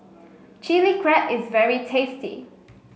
Chili Crab is very tasty